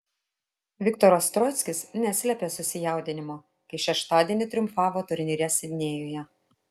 viktoras troickis neslėpė susijaudinimo kai šeštadienį triumfavo turnyre sidnėjuje